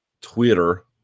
Twitter